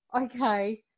okay